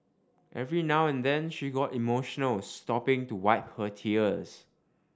every now and then she got emotional stopping to wipe her tears